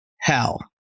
hell